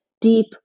deep